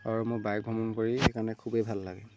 আৰু মই বাইক ভ্ৰমণ কৰি সেইকাৰণে খুবেই ভাল লাগে